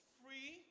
free